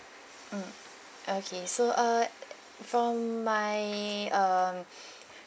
mm okay so uh from my um